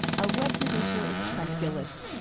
our web producer is trent gilliss.